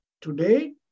today